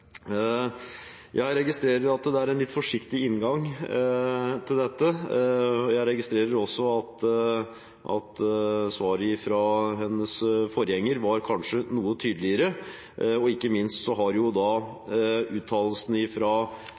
Jeg registrerer at det er en litt forsiktig inngang til dette. Jeg registrerer også at svaret fra statsrådens forgjenger kanskje var noe tydeligere. Og ikke minst har uttalelsen fra representanter fra regjeringspartiene vært svært tydelig – hvor de har